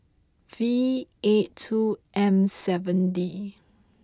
V eight two M seven D